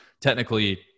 Technically